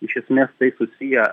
iš esmės tai susiję